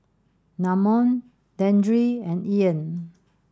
Namon Dandre and Ean